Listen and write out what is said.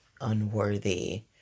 unworthy